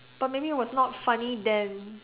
but maybe it was not funny then